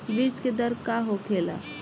बीज के दर का होखेला?